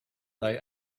they